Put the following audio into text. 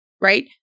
right